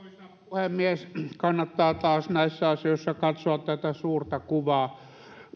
puhemies kannattaa taas näissä asioissa katsoa tätä suurta kuvaa